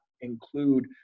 include